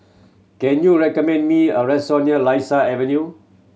can you recommend me a restaurant near Lasia Avenue